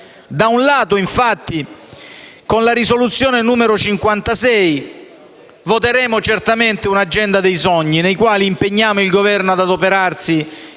Da un lato infatti, con la risoluzione n. 56, voteremo certamente un'agenda dei sogni, con la quale impegniamo il Governo ad adoperarsi